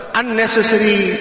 unnecessary